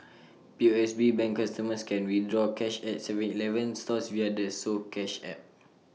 P O S B bank customers can withdraw cash at Seven Eleven stores via the soCash app